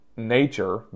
Nature